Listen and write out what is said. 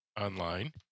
online